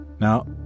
Now